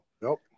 nope